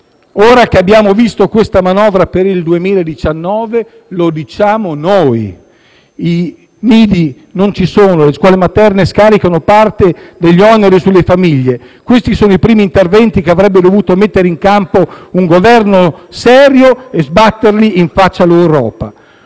ora che abbiamo visto la manovra per il 2019, lo diciamo noi. Gli asili nido non ci sono e le scuole materne scaricano parte degli oneri sulle famiglie. Questi sono i primi interventi che avrebbe dovuto mettere in campo un Governo serio e sbatterli in faccia all'Europa.